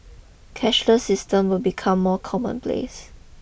cashless systems will become more common place